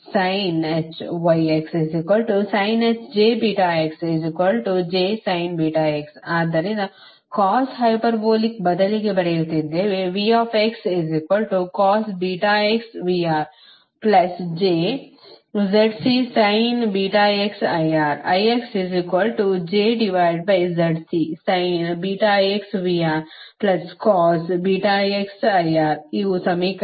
ಆದ್ದರಿಂದ cos hyperbolic ಬದಲಿಗೆ ಬರೆಯುತ್ತಿದ್ದೇವೆ ಇವು ಸಮೀಕರಣ 65 ಮತ್ತು ಸಮೀಕರಣ 66